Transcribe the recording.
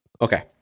Okay